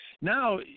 Now